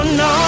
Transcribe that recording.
no